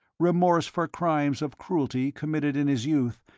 remorse for crimes of cruelty committed in his youth,